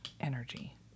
energy